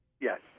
Yes